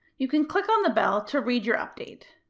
you can click on the bell to read your update.